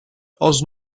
aus